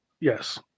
Yes